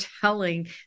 telling